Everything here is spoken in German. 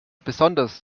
besonders